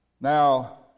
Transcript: Now